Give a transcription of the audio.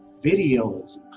videos